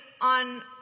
on